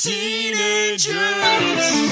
Teenagers